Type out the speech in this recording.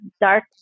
dark